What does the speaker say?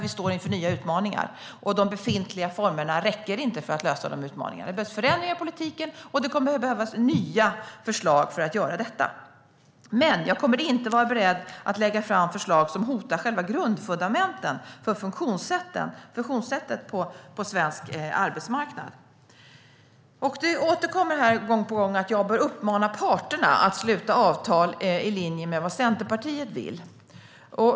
Vi står inför nya utmaningar, och de befintliga formerna räcker inte för att lösa de utmaningarna. Det behövs förändringar i politiken, och det kommer att behövas nya förslag för att göra detta. Men jag kommer inte att vara beredd att lägga fram förslag som hotar själva fundamentet för svensk arbetsmarknads funktionssätt. Det återkommer gång på gång att jag bör uppmana parterna att sluta avtal i linje med vad Centerpartiet vill.